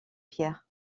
pierre